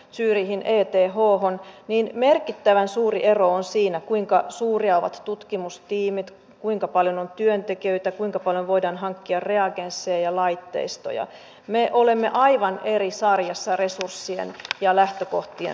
jos saan sanoa että edustaja filatov on työ ja tasa arvovaliokunnan puheenjohtaja ja täällä perinteisesti kunnioitetaan myös niitä tehtäviä joita tässä talossa on niin myös puheenvuoron myöntämisessä ja varmasti kaikki saavat puheenvuoron